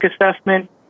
assessment